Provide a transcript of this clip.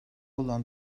olan